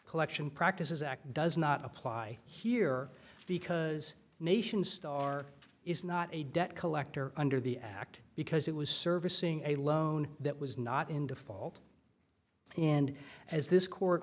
collection practices act does not apply here because nation star is not a debt collector under the act because it was servicing a loan that was not in default and as this court